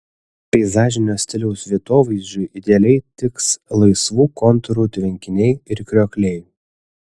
peizažinio stiliaus vietovaizdžiui idealiai tiks laisvų kontūrų tvenkiniai ir kriokliai